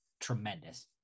tremendous